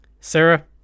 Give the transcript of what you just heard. Sarah